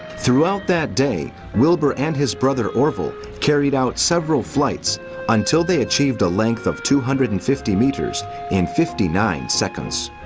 throughout that day, wilbur and his brother orville carried out several flights until they achieved a length of two hundred and fifty metres in fifty nine seconds.